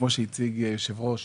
כמו שהציג יושב הראש,